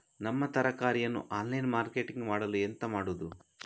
ನಮ್ಮ ತರಕಾರಿಯನ್ನು online marketing ಮಾಡಲು ಎಂತ ಮಾಡುದು?